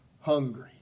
hungry